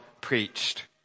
preached